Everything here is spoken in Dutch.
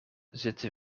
zitten